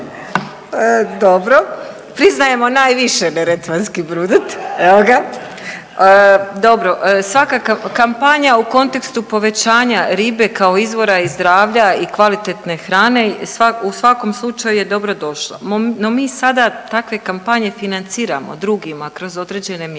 Dobro, priznajemo najviše neretvanski brudet, evo ga. Dobro, svakakav. Kampanja u kontekstu povećanja ribe kao izvora i zdravlja i kvalitetne hrane u svakom slučaju je dobrodošla. No mi sada takve kampanje financiramo drugima kroz određene mjere.